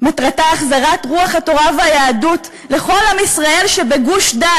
מטרתה החזרת רוח התורה והיהדות לכל עם ישראל שבגוש-דן,